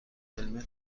علمی